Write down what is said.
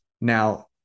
Now